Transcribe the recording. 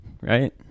right